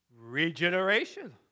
regeneration